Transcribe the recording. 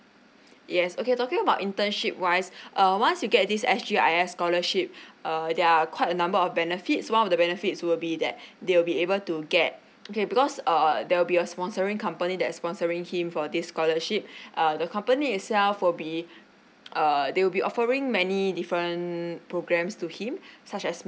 yes okay talking about internship wise uh once you get this S_G_I_S scholarship err there are quite a number of benefits one of the benefits will be that they will be able to get okay because err there will be a sponsoring company that sponsoring him for this scholarship uh the company itself will be err they will be offering many different programmes to him suc as